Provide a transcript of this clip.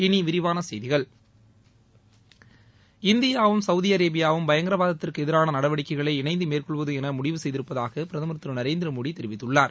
இனி விரிவான செய்திகள் இந்தியாவும் சவூதி அரேபியாவும் பயங்கரவாதத்திற்கு எதிரான நடவடிக்கைகளை இணைந்து மேற்கொள்வது என முடிவு செய்திருப்பதாக பிரதமர் திரு நரேந்திர மோடி தெரிவித்துள்ளார்